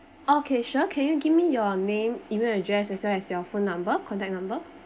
okay sure can you give me your name E-mail address as well as your phone number contact number